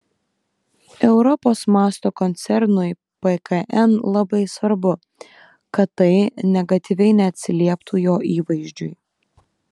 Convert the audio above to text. europos mąsto koncernui pkn labai svarbu kad tai negatyviai neatsilieptų jo įvaizdžiui